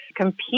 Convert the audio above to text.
compete